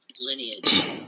lineage